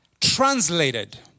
translated